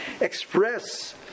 express